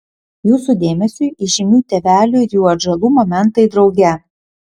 jūsų dėmesiui įžymių tėvelių ir jų atžalų momentai drauge